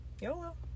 YOLO